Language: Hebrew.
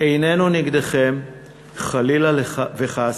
איננו נגדכם חלילה וחס.